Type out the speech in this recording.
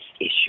issue